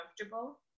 comfortable